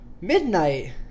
midnight